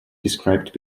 described